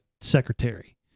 secretary